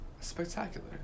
spectacular